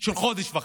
של חודש וחצי.